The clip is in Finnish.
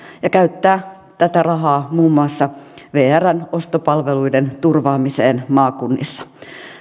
ja käyttää tätä rahaa muun muassa vrn ostopalveluiden turvaamiseen maakunnissa